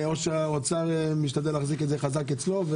או שהאוצר משתדל להחזיק את זה חזק אצלו?